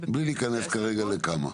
--- בלי להיכנס כרגע לכמה.